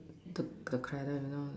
took the